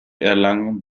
erlangen